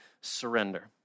surrender